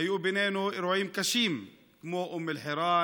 היו בינינו אירועים קשים כמו אום אל-חיראן,